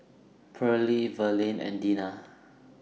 Perley Verlene and Dina